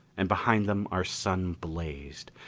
and behind them our sun blazed,